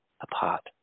apart